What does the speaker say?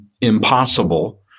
impossible